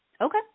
Okay